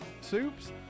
soups